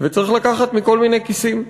וצריך לקחת מכל מיני כיסים.